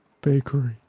bakery